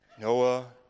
Noah